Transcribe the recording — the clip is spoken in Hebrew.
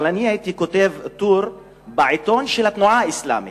אבל היה לי טור בעיתון של התנועה האסלאמית,